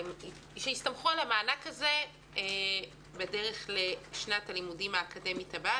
שהסתמכו על המענק הזה בדרך לשנת הלימודים האקדמית הבאה